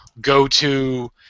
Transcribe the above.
go-to